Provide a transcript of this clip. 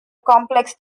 complex